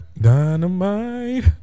dynamite